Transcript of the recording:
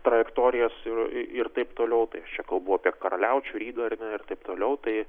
trajektorijas ir ir taip toliau tai aš čia kalbu apie karaliaučių rygą ir taip toliau tai